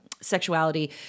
sexuality